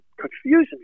confusing